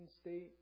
state